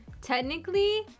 Technically